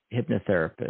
hypnotherapist